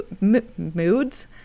moods